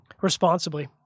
responsibly